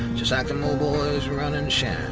just like them ol boys runnin shine